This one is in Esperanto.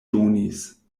donis